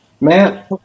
Man